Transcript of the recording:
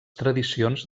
tradicions